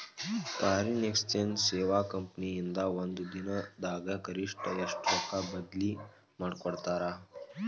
Foreign exchange ಸೇವಾ company ಇಂದಾ ಒಂದ್ ದಿನ್ ದಾಗ್ ಗರಿಷ್ಠ ಎಷ್ಟ್ ರೊಕ್ಕಾ ಬದ್ಲಿ ಮಾಡಿಕೊಡ್ತಾರ್?